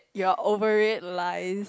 you are over red lies